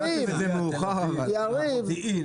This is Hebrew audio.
היה מתווה שפורסם על מנת לייצר ודאות